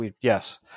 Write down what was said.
Yes